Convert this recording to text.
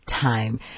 Time